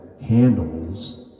handles